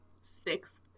sixth